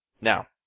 now